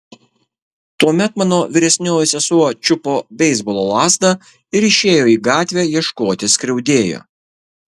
tuomet mano vyresnioji sesuo čiupo beisbolo lazdą ir išėjo į gatvę ieškoti skriaudėjo